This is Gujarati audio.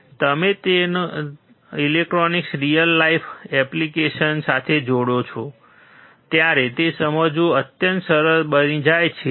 જ્યારે તમે તમારા ઇલેક્ટ્રોનિક્સને રિયલ લાઈફ એપ્લીકેશન્સ સાથે જોડો છો ત્યારે તે સમજવું અત્યંત સરળ બની જાય છે